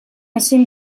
ezin